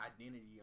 identity